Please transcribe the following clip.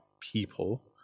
people